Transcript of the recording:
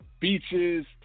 beaches